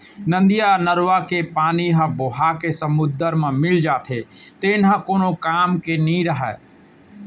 नदियाँ, नरूवा के पानी ह बोहाके समुद्दर म मिल जाथे तेन ह कोनो काम के नइ रहय